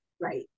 Right